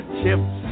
chips